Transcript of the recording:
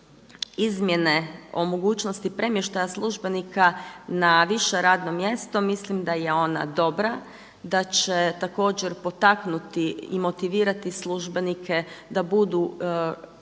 izmjene o mogućnosti premještaja službenika na više radno mjesto mislim da je ona dobra, da će također potaknuti i motivirati službenike da budu